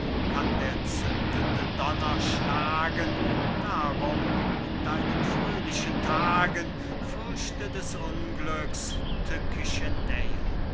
kann der zündende donner schlagen darum in deinen fröhlichen tagen fürchte des unglücks tückische nähe